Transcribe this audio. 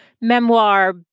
memoir